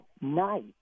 night